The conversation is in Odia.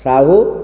ସାହୁ